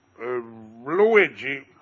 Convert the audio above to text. Luigi